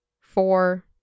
four